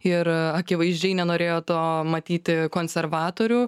ir akivaizdžiai nenorėjo to matyti konservatorių